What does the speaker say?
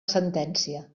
sentència